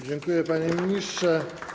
Dziękuję, panie ministrze.